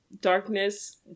darkness